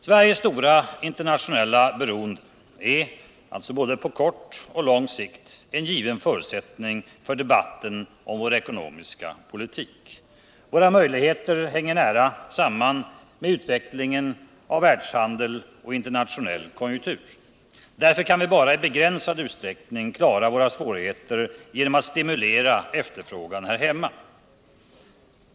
Sveriges stora internationella beroende är alltså både på kort och på lång sikt en given förutsättning för debatten om vår ekonomiska politik. Våra möjligheter hänger nära samman med utvecklingen av världshandel och internationell konjunktur. Därför kan vi bara i begränsad utsträckning klara våra svårigheter genom att stimulera efterfrågan här hemma.